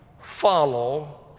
follow